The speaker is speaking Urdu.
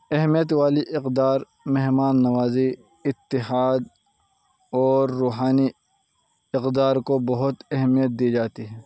اہمیت والی اقدار مہمان نوازی اتحاد اور روحانی اقدار کو بہت اہمیت دی جاتی ہے